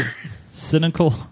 Cynical